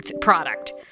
product